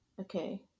Okay